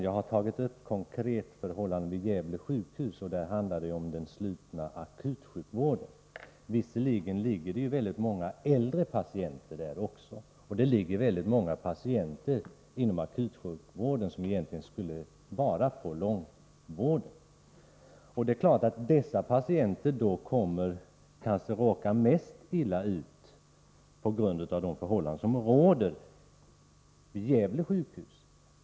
Jag har konkret tagit upp förhållandena vid Gävle sjukhus, och där handlar det om den slutna akutsjukvården — låt vara att det där ligger också många äldre patienter; det ligger väldigt många patienter inom akutsjukvården som egentligen skulle vara på långvården. Det är klart att dessa patienter kanske råkar mest illa ut på grund av de förhållanden som råder vid Gävle sjukhus.